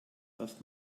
was